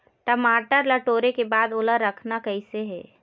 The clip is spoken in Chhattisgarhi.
टमाटर ला टोरे के बाद ओला रखना कइसे हे?